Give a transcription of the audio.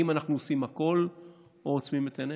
האם אנחנו עושים הכול או עוצמים את עינינו?